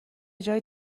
جای